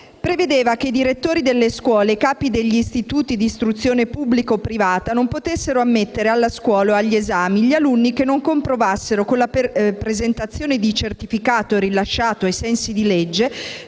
prevedeva che i direttori delle scuole e i capi degli istituti di istruzione pubblica o privata non potessero ammettere alla scuola o agli esami gli alunni che non comprovassero, con la presentazione di certificato rilasciato ai sensi di legge,